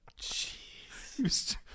Jeez